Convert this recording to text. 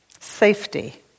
Safety